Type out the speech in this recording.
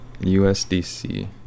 USDC